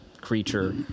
creature